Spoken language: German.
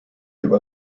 über